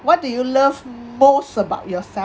what do you love most about yourself